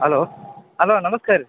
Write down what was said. hello hello ನಮಸ್ಕಾರ ರೀ